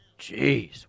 Jeez